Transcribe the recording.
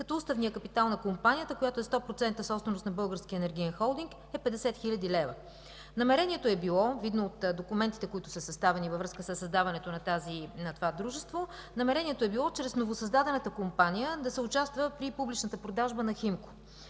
като уставният капитал на компанията, която е сто процента собственост на Българския енергиен холдинг, е 50 хил. лв. Намерението е било – видно от документите, които са съставени във връзка със създаването на това дружество, чрез новосъздадената компания да се участва при публичната продажба на „Химко”.